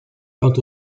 quant